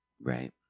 Right